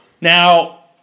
Now